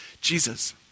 Jesus